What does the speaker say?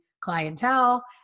clientele